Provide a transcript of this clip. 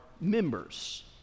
members